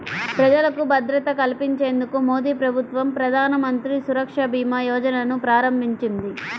ప్రజలకు భద్రత కల్పించేందుకు మోదీప్రభుత్వం ప్రధానమంత్రి సురక్ష భీమా యోజనను ప్రారంభించింది